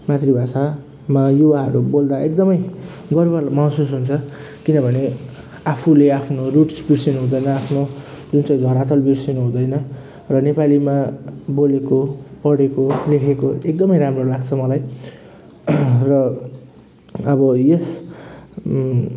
मातृभाषामा युवाहरू बोल्दा एकदमै गर्व महसुस हुन्छ किनभने आफूले आफ्नो रुट बिर्सिनु हुँदैन आफ्नो जुन चाहिँ धरातल बिर्सिनु हुँदैन र नेपालीमा बोलेको पढेको लेखेको एकदमै राम्रो लाग्छ मलाई र अब यस